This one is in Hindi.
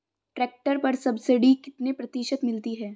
ट्रैक्टर पर सब्सिडी कितने प्रतिशत मिलती है?